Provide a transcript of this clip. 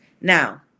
now